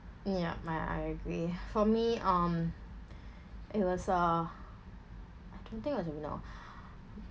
yup I I agree for me um it was uh I don't think